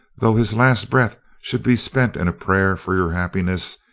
though his last breath should be spent in a prayer for your happiness,